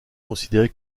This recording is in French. considéré